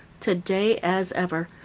today, as ever,